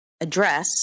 address